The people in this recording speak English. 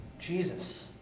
Jesus